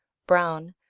browne,